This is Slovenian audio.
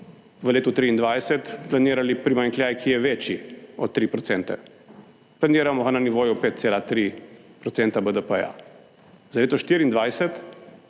v letu 2023 planirali primanjkljaj, ki je večji od 3 %, planiramo ga na nivoju 5,3 % BDP, za leto 2024